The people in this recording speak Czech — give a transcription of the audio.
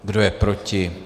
Kdo je proti?